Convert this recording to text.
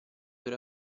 per